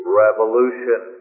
revolution